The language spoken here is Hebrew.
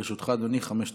לרשותך, אדוני, חמש דקות.